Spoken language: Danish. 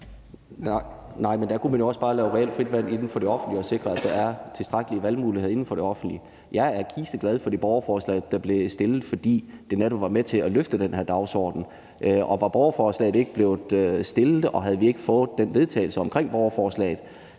(EL): Men der kunne man jo også bare lave et reelt frit valg inden for det offentlige og sikre, at der var tilstrækkelige valgmuligheder inden for det offentlige. Jeg er kisteglad for det borgerforslag, der blev stillet, fordi det netop var med til at løfte den her dagsorden. Var borgerforslaget ikke blevet stillet, og havde vi ikke fået det forslag til vedtagelse i forbindelse med borgerforslaget,